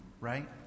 right